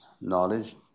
knowledge